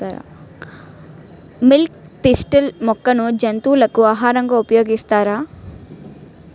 Milk thistle మొక్కను జంతువులకు ఆహారంగా ఉపయోగిస్తారా?